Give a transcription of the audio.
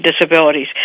Disabilities